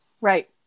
Right